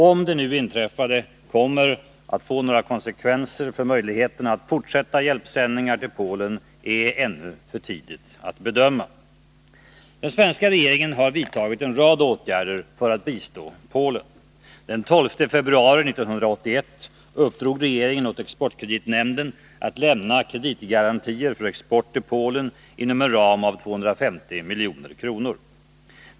Om det nu inträffade kommer att få några konsekvenser för möjligheterna att fortsätta hjälpsändingarna till Polen är ännu för tidigt att bedöma. Den svenska regeringen har vidtagit en rad åtgärder för att bistå Polen. Den 12 februari 1981 uppdrog regeringen åt exportkreditnämnden att lämna kreditgarantier för export till Polen inom en ram av 250 milj.kr.